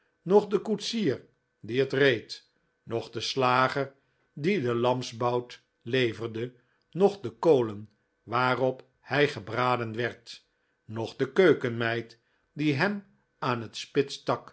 noch de koetsier die het reed noch de slager die den lamsbout leverde noch de kolen waarop hij gebraden werd noch de keukenmeid die hem aan het